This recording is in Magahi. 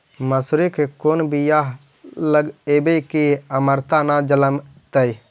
मसुरी के कोन बियाह लगइबै की अमरता न जलमतइ?